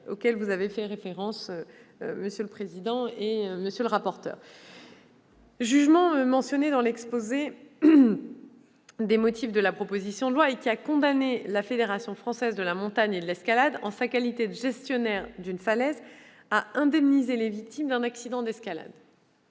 commission des lois et M. le rapporteur y ont fait référence -, mentionné dans l'exposé des motifs de la proposition de loi, qui a condamné la Fédération française de la montagne et de l'escalade, en sa qualité de gestionnaire d'une falaise, à indemniser les victimes d'un accident d'escalade.